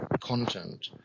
content